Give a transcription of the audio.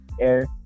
Air